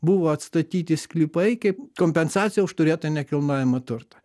buvo atstatyti sklypai kaip kompensacija už turėtą nekilnojamą turtą